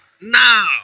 now